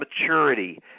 maturity